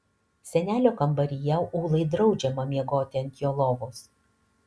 senelio kambaryje ūlai draudžiama miegoti ant jo lovos